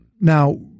now